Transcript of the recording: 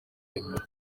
ebola